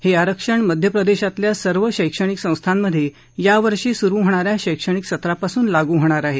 हे आरक्षण मध्य प्रदेशातल्या सर्व शैक्षणिक संस्थांमधे यावर्षी सुरु होणा या शैक्षणिक सत्रापासून लागू होणार आहे